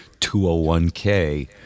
201K